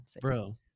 Bro